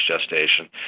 gestation